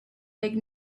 big